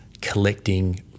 collecting